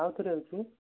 ଆଉ ଥରେ ହେଉଛି